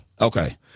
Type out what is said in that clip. Okay